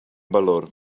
valor